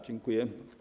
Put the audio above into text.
Dziękuję.